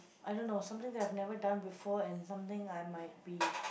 I don't know something that I've never done before and something I might be